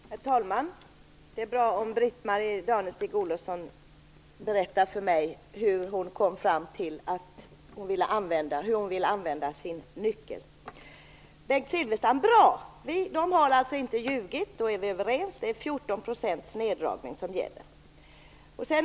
Herr talman! Det är bra att Britt-Marie Danestig Olofsson berättar för mig hur hon vill använda sin nyckel. Till Bengt Silfverstrand vill jag säga: De har inte ljugit, det är bra att vi är överens om det. Det är en neddragning på 14 % som gäller.